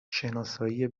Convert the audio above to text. شناسایی